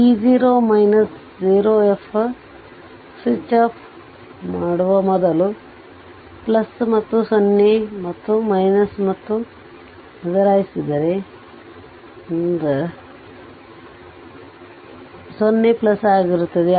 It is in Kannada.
t0 of0 ಸ್ವಿಚ್ ಮಾಡುವ ಮೊದಲು ಅದು 0 ಮತ್ತು ಬದಲಾಯಿಸಿದ ನಂತರ ಅದು 0 ಆಗಿರುತ್ತದೆ